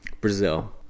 Brazil